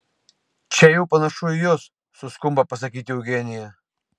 čia jau panašu į jus suskumba pasakyti eugenija